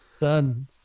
Done